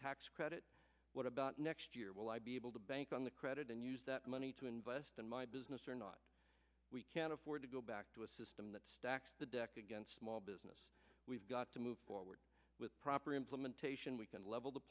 tax credit what about next year will i be able to bank on the credit and use that money to invest in my business or not we can't afford to go back to a system that stacks the deck against small business we've got to move forward with proper implementation we can level the